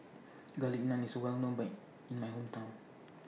Garlic Naan IS Well known Ben in My Hometown